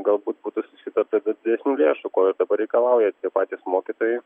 galbūt būtų susitarta dėl didesnių lėšų ko ir dabar reikalauja tie patys mokytojai